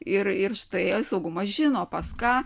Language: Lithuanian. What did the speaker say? ir ir štai saugumas žino pas ką